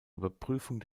überprüfung